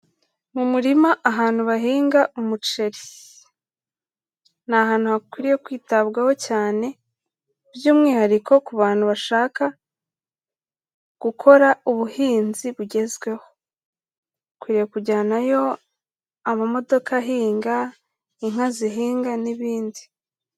Mu murima ahantu bahinga umuceri, ni ahantu hakwiriye kwitabwaho cyane by'umwihariko ku bantu bashaka gukora ubuhinzi bugezweho, hakwiye kujyanayo amamodoka ahinga, inka zihinga n'ibindi.